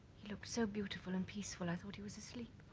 he looked so beautiful and peaceful i thought he was asleep.